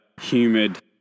humid